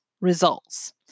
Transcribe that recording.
results